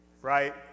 right